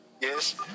Yes